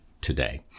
today